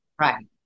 Right